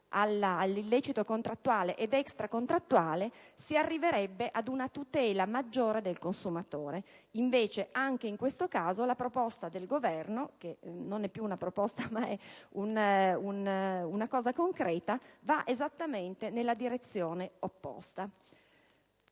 all'illecito contrattuale ed extracontrattuale si arriverebbe ad una tutela maggiore del consumatore. Invece, anche in questo caso, la proposta del Governo - che non è più una proposta, ma è una cosa concreta - va esattamente nella direzione opposta.